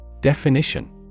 Definition